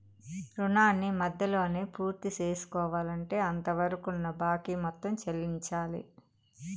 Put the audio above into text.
రుణాన్ని మధ్యలోనే పూర్తిసేసుకోవాలంటే అంతవరకున్న బాకీ మొత్తం చెల్లించాలి